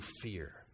fear